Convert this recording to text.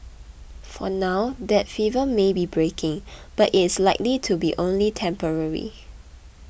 for now that fever may be breaking but it's likely to be only temporary